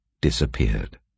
disappeared